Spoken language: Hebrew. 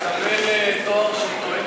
אדוני היושב-ראש, הצעת